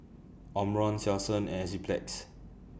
Omron Selsun and Enzyplex